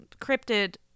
cryptid